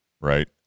right